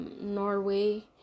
Norway